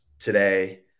Today